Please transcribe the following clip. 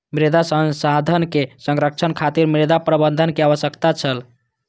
मृदा संसाधन के संरक्षण खातिर मृदा प्रबंधन के आवश्यकता छै